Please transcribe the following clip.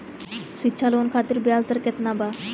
शिक्षा लोन खातिर ब्याज दर केतना बा?